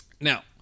Now